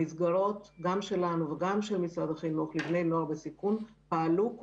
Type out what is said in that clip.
המסגרות שלנו ושל משרד החינוך לבני נוער בסיכון פעלו.